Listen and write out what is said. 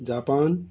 Japan